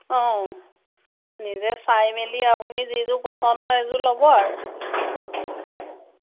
অঁ নিজে চাই মেলি আপুনি যিযোৰ পচন্দ হয় সেইযোৰ ল'ব আৰু